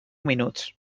minuts